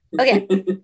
okay